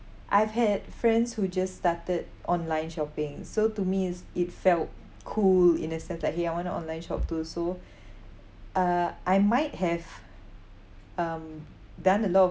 I've had friends who just started online shopping so to me is it felt cool in a sense like !hey! I want to online shop too so uh I might have um done a lot of